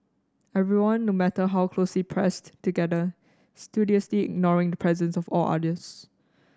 everyone no matter how closely pressed together studiously ignoring the presence of all others